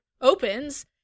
opens